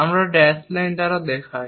আমরা dash line দ্বারা দেখায়